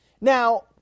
Now